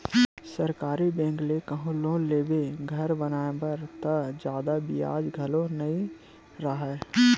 सरकारी बेंक ले कहूँ लोन लेबे घर बनाए बर त जादा बियाज घलो नइ राहय